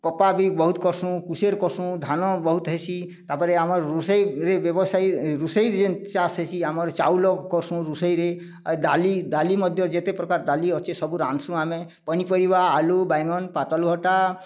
କପା ବି ବହୁତ୍ କର୍ସୁଁ କୁସେର୍ କର୍ସୁଁ ଧାନ ବହୁତ୍ ହେସି ତା'ପରେ ଆମର ରୋଷେଇରେ ବ୍ୟବସାୟୀରେ ରୋଷେଇ ଯେନ୍ ଚାଷ୍ ହେସି ଆମର୍ ଚାଉଲ୍ କର୍ସୁଁ ରୋଷେଇରେ ଡାଲି ଡାଲି ମଧ୍ୟ ଯେତେ ପ୍ରକାର ଡାଲି ଅଛି ସବୁ ରାନ୍ଧୁସୁ ଆମେ ପନିପରିବା ଆଲୁ ବାଇଗଣ ପାତଲକଟା